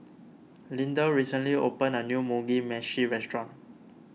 Lindell recently opened a new Mugi Meshi restaurant